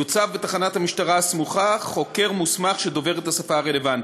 יוצב בתחנת המשטרה הסמוכה חוקר מוסמך אשר דובר את השפה הרלוונטית.